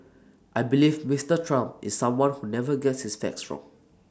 I believe Mister Trump is someone who never gets his facts wrong